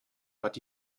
but